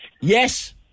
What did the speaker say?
Yes